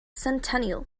centennial